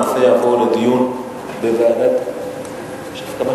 הנושא יעבור לדיון בוועדת הפנים.